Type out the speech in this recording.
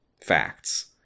Facts